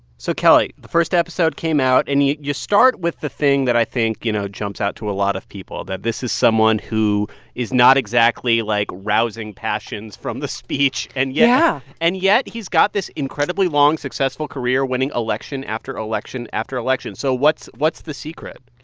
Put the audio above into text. so, kelly, the first episode came out. and you you start with the thing that i think, you know, jumps out to a lot of people, that this is someone who is not exactly, like, rousing passions from the speech and yeah and yet he's got this incredibly long, successful career, winning election after election after election. so what's what's the secret?